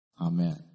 Amen